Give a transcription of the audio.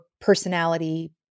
personality